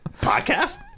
Podcast